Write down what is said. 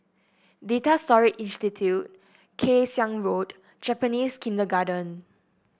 Data Storage Institute Kay Siang Road Japanese Kindergarten